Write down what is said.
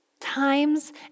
Times